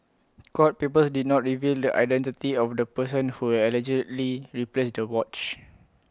court papers did not reveal the identity of the person who allegedly replaced the watch